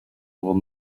will